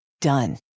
Done